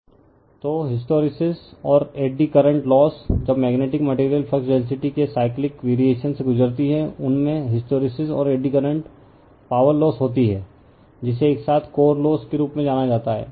refer slide time 2927 तो hysteresis और eddy current loss जब मेग्नेटिक मटेरियल फ्लक्स डेंसिटी के साइक्लिक वेरिएशन से गुजरती है उनमें हिस्टैरिसीस और एड़ी करंट पॉवर लोस होती है जिसे एक साथ कोर लोस के रूप में जाना जाता है